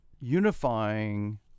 unifying